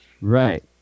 right